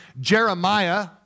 Jeremiah